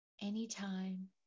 Anytime